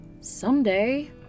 someday